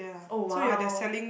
oh !wow!